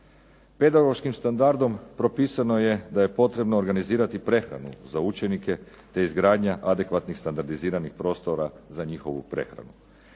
Pedagoškim standardom propisano je da je potrebno organizirati prehranu za učenike te izgradnja adekvatnih standardiziranih prostora za njihovu prehranu.